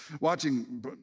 watching